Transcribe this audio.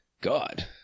God